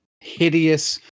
hideous